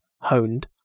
honed